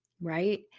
Right